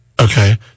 okay